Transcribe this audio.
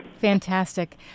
Fantastic